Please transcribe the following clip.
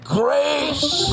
grace